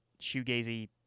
shoegazy